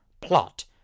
plot